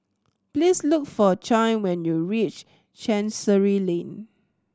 please look for Chaim when you reach Chancery Lane